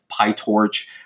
PyTorch